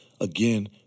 Again